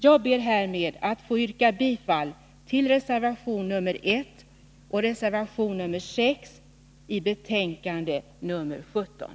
Jag ber härmed att få yrka bifall till reservationerna 1 och 6 i betänkande nr 17.